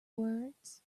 words